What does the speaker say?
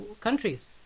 countries